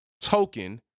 token